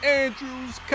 andrews